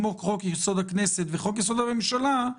כמו חוק-יסוד: הכנסת וחוק-יסוד: הממשלה,